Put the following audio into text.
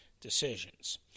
decisions